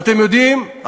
אתם יודעים,